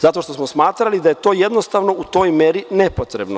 Zato što smo smatrali da je to jednostavno u toj meri nepotrebno.